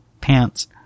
pants